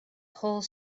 whole